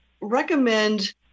recommend